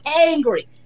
angry